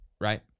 right